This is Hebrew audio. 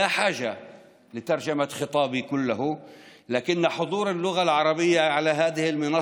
אנו מבטיחים לכם שלא ניכנע למדיניות